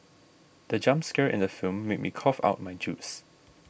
the jump scare in the film made me cough out my juice